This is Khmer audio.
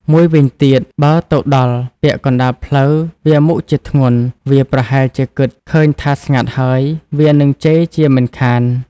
មួយវិញទៀតបើទៅដល់ពាក់កណ្ដាលផ្លូវវាមុខជាធ្ងន់ វាប្រហែលជាគិតឃើញថាស្ងាត់ហើយ វានឹងជេរជាមិនខាន។